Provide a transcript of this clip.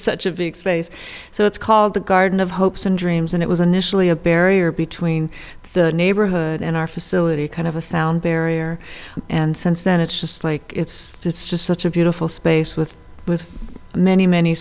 such a big space so it's called the garden of hopes and dreams and it was initially a barrier between the neighborhood and our facility kind of a sound barrier and since then it's just like it's it's just such a beautiful space with with many many